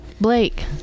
Blake